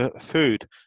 food